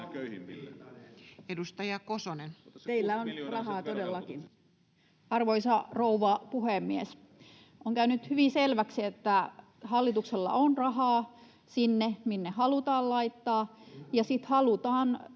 Edustaja Kosonen. Arvoisa rouva puhemies! On käynyt hyvin selväksi, että hallituksella on rahaa sinne, minne halutaan laittaa, ja pystytään